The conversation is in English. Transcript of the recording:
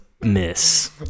miss